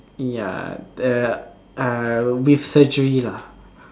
ya ya uh with surgery lah